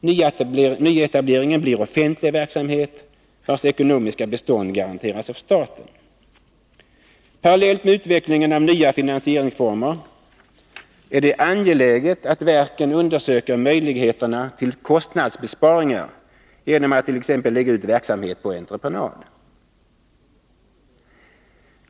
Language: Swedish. Nyetableringen blir offentlig verksamhet, vars ekonomiska bestånd garanteras av staten. Parallellt med utvecklingen av nya finansieringsformer är det angeläget att verken undersöker möjligheterna till kostnadsbesparingar, genom att t.ex. lägga ut verksamhet på entreprenad.